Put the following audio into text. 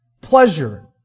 pleasure